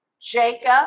Jacob